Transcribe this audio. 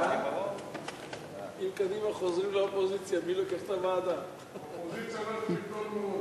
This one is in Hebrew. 61ב נתקבלו.